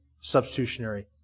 substitutionary